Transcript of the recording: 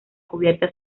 cubierta